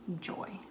joy